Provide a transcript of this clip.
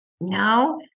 No